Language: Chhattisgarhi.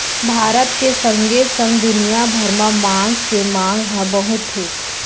भारत के संगे संग दुनिया भर म मांस के मांग हर बहुत हे